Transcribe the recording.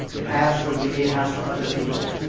it has for me. it has for other people.